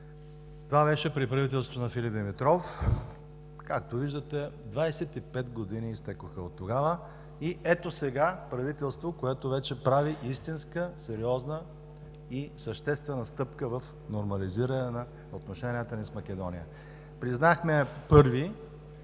Това беше при правителството на Филип Димитров. Както виждате, 25 години изтекоха оттогава и ето сега правителство, което вече прави истинска, сериозна и съществена стъпка в нормализиране на отношенията ни с Македония. Признахме я първи